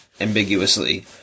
ambiguously